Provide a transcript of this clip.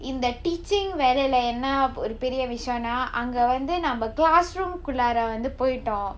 in the teaching வேலைல என்னா ஒரு பெரிய விஷயம்னா அங்க வந்து நாம:velaila ennaa oru periya vishayamnaa anga vanthu naama classroom குல்லாற வந்து போய்ட்டோம்:kullaara vanthu poitom